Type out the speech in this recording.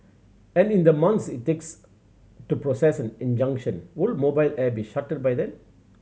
and in the months it takes to process an injunction would Mobile Air be shuttered by then